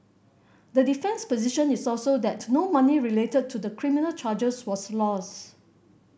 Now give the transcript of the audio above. the defence's position is also that no money related to the criminal charges was lost